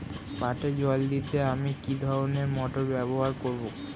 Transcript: পাটে জল দিতে আমি কি ধরনের মোটর ব্যবহার করব?